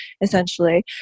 essentially